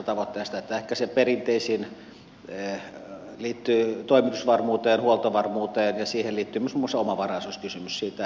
ehkä se perinteisin liittyy toimitusvarmuuteen huoltovarmuuteen ja siihen liittyy myös muun muassa omavaraisuuskysymys